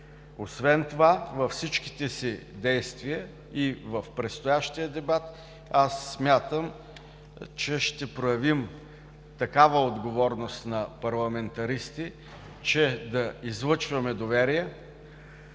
Освен това във всичките си действия и в предстоящия дебат аз смятам, че ще проявим такава отговорност на парламентаристи, че да излъчваме доверие